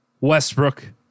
Westbrook